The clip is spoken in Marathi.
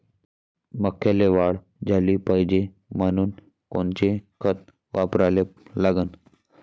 मक्याले वाढ झाली पाहिजे म्हनून कोनचे खतं वापराले लागन?